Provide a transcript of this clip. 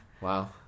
Wow